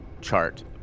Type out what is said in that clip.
chart